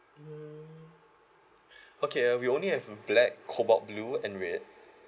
mm okay uh we only have black cobalt blue and red